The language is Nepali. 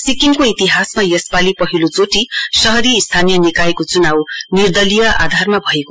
सिक्किमको इतिहासमा यसपालि पहिलोचेटि शहरी स्थानीय निकायको चुनाउ निर्दय आधारमा भयो